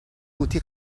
قوطی